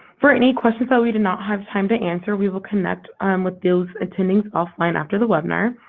for any questions that we did not have time to answer, we will connect um with those attendees offline after the webinar.